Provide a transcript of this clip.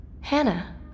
Hannah